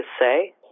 say